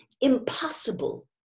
impossible